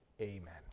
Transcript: Amen